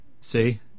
See